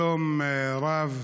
שלום רב.